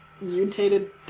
Mutated